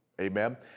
Amen